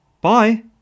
Bye